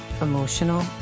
emotional